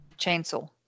chainsaw